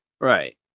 Right